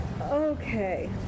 Okay